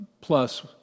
plus